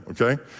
okay